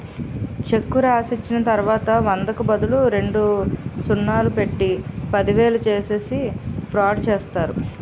చెక్కు రాసిచ్చిన తర్వాత వందకు బదులు రెండు సున్నాలు పెట్టి పదివేలు చేసేసి ఫ్రాడ్ చేస్తారు